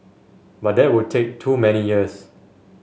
but that would take too many years